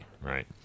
right